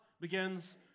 begins